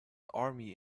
army